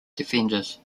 defenders